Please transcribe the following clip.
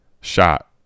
shot